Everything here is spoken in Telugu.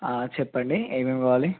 చెప్పండి ఏమేమి కావాలి